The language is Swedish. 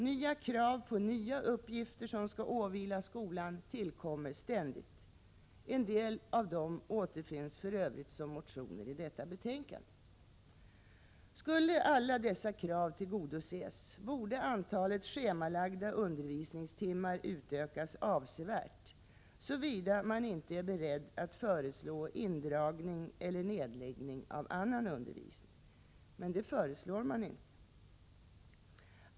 Nya krav på nya uppgifter som skall åvila skolan tillkommer ständigt. En del av dem återfinns för övrigt som motioner i detta betänkande. Skulle alla dessa krav tillgodoses, borde antalet schemalagda undervisningstimmar utökas avsevärt, såvida man inte är beredd att föreslå indragning eller nedläggning av annan undervisning. Men det föreslår man inte.